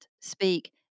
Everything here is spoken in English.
speak